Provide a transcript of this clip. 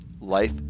Life